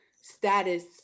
status